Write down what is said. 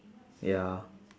ya